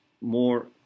more